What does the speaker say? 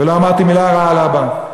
ולא אמרתי מילה רעה על אבא.